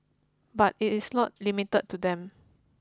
but it is not limited to them